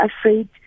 afraid